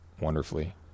wonderfully